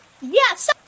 Yes